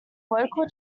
local